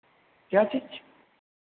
क्या चीज़